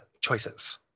choices